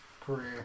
career